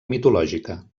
mitològica